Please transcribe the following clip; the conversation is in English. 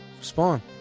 Spawn